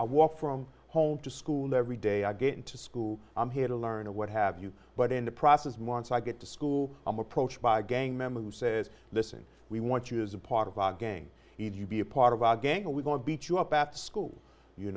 i walk from home to school every day i get into school i'm here to learn or what have you but in the process once i get to school i'm approached by a gang member who says listen we want you as a part of our gang if you be a part of our gang are we going to beat you up at school you